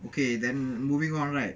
okay then moving on right